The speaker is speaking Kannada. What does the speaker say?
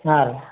ಹಾಂ ರೀ